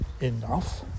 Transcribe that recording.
enough